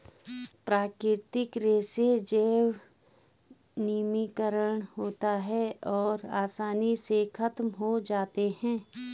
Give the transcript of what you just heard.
प्राकृतिक रेशे जैव निम्नीकारक होते हैं और आसानी से ख़त्म हो जाते हैं